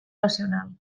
racional